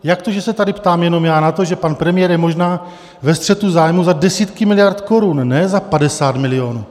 Jak to, že se tady ptám jenom já na to, že pan premiér je možná ve střetu zájmu za desítky miliard korun, ne za 50 milionů?